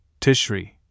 Tishri